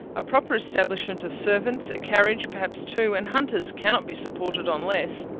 a proper establishment of servants, a carriage, perhaps two, and hunters, cannot be supported on less.